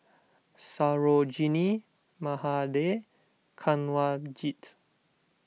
Sarojini Mahade Kanwaljit